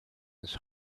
his